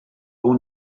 own